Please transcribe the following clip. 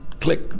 click